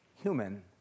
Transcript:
human